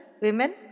women